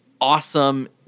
awesome